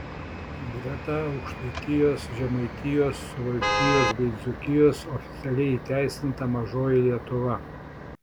greta aukštaitijos žemaitijos suvalkijos bei dzūkijos oficialiai įteisinta ir mažoji lietuva